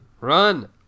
Run